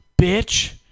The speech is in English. bitch